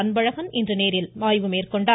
அன்பழகன் இன்று நேரில் ஆய்வு மேற்கொண்டார்